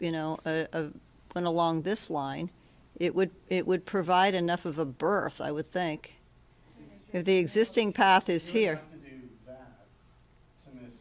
you know a one along this line it would it would provide enough of a birth i would think the existing path is here and